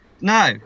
No